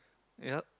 ya